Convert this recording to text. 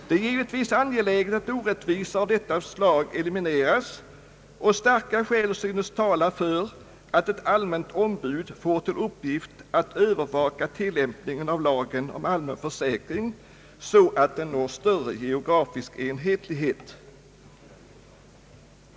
Det är givetvis angeläget att orättvisor av detta slag elimineras, och starka skäl synes tala för att ett allmänt ombud får till uppgift att övervaka tillämpningen av lagen om allmän försäkring så att den når större geografisk enhetlighet.